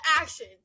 action